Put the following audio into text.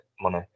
money